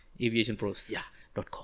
Aviationpros.com